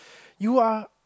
you are